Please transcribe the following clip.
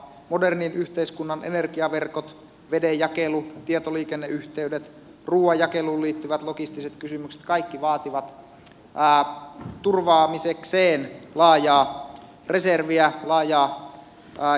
modernin yhteiskunnan energiaverkot vedenjakelu tietoliikenneyhteydet ruuan jakeluun liittyvät logistiset kysymykset kaikki vaativat turvaamisekseen laajaa reserviä laajaa joukkoa